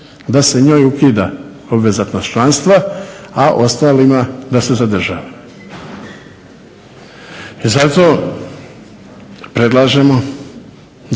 da se njoj ukida obvezatnost članstva, a ostalima da se zadržava. Zato predlažemo